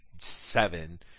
seven